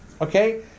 okay